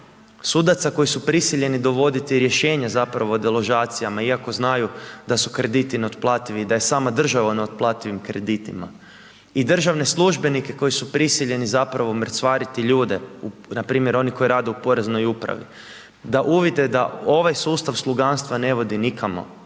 sudaca koji su prisiljeni dovoditi rješenja zapravo o deložacijama iako znaju da su krediti neotplativi i da je sama država u neotplativim kreditima i državne službenike koji su prisiljeni zapravo mrcvariti ljude, npr. oni koji rade u poreznoj upravi, da uvide da ovaj sustav sluganstva ne vodi nikamo,